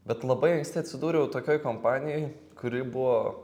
bet labai anksti atsidūriau tokioj kompanijoj kuri buvo